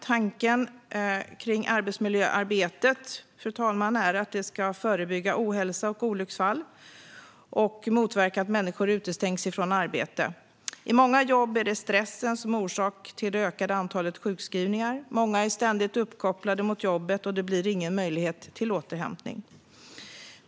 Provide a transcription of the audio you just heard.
Tanken med arbetsmiljöarbetet är, fru talman, att det ska förebygga ohälsa och olycksfall och motverka att människor utestängs från arbete. I många jobb är det stressen som är orsak till det ökade antalet sjukskrivningar. Många är ständigt uppkopplade mot jobbet, och det blir ingen möjlighet till återhämtning.